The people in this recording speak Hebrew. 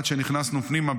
עד שנכנסנו פנימה,